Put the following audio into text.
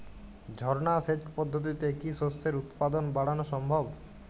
ঝর্না সেচ পদ্ধতিতে কি শস্যের উৎপাদন বাড়ানো সম্ভব?